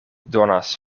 donas